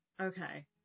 Okay